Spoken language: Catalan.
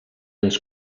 ens